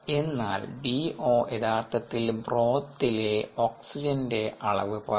എന്നാൽ ഡിഒ യഥാർത്ഥത്തിൽ ബ്രോത്തിലെ ഓക്സിജന്റെ അളവ് പറയുന്നു